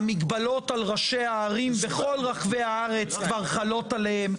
המגבלות על ראשי הערים בכל רחבי הארץ כבר חלות עליהם,